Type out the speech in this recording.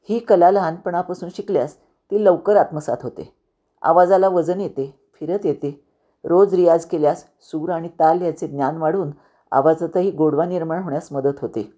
ही कला लहानपणापासून शिकल्यास ती लवकर आत्मसात होते आवाजाला वजन येते फिरत येते रोज रियाज केल्यास सुर आणि ताल याचे ज्ञान वाढून आवाजातही गोडवा निर्माण होण्यास मदत होते